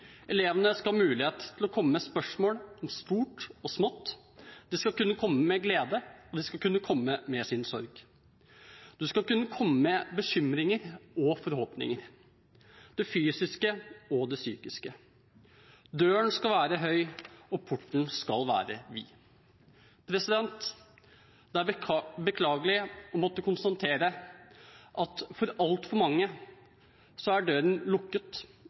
Elevene skal ha mulighet til å komme med spørsmål om stort og smått, de skal kunne komme med glede, de skal kunne komme med sin sorg, og de skal kunne komme med bekymringer og forhåpninger – det fysiske og det psykiske. Døren skal være høy, og porten skal være vid. Det er beklagelig å måtte konstatere at for altfor mange så er døren lukket,